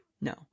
No